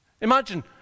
Imagine